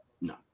no